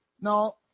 No